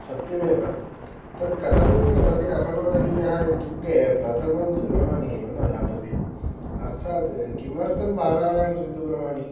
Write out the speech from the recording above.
सत्यमेव तद् कथं अपनोदनीयः इत्युक्ते प्रथमं दुरवाणी एव न दातव्यम् अर्थात् किमर्थं बालानां कृते दूरवाणी